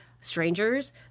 strangers